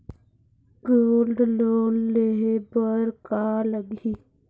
Gold loan लेहे बर का लगही?